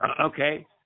Okay